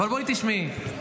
בואי תשמעי.